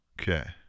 Okay